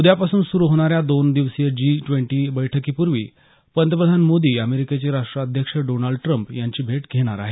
उद्या पासूप सुरू होणाऱ्या दोन दिवसीय जी द्वेंटी बैठकी पूर्वी पंतप्रधान मोदी अमेरिकेचे राष्ट्राध्यक्ष डोनान्ड ट्रम्प यांची भेट घेणार आहेत